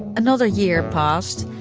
another year passed.